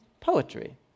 Poetry